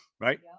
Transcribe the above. Right